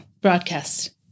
broadcast